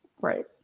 right